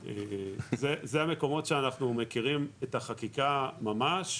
אלה המקומות שאנחנו מכירים את החקיקה ממש.